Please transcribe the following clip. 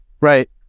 Right